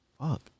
fuck